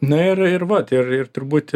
na ir ir vat ir ir turbūt